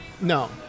no